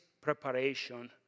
preparation